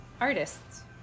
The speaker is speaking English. artists